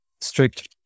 strict